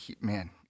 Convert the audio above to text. man